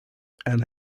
and